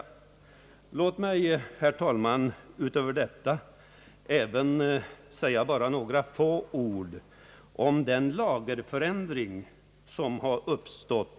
Låt mig, herr talman, utöver detta även säga några få ord om den lagerförändring som har skett.